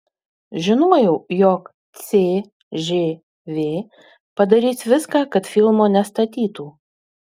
žinojau jog cžv padarys viską kad filmo nestatytų